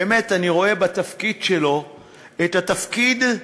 באמת, אני רואה בתפקיד שלו את התפקיד,